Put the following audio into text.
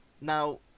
Now